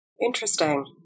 interesting